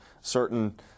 certain